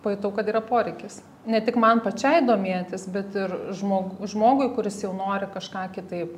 pajutau kad yra poreikis ne tik man pačiai domėtis bet ir žmog žmogui kuris jau nori kažką kitaip